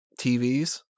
TVs